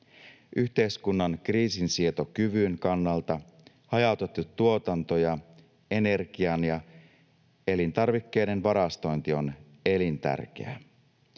Yhteiskunnan kriisinsietokyvyn kannalta hajautettu tuotanto ja energian ja elintarvikkeiden varastointi on elintärkeää.